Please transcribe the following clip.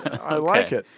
i like it